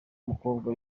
umukobwa